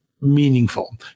meaningful